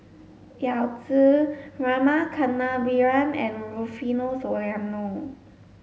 Yao Zi Rama Kannabiran and Rufino Soliano